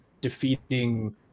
defeating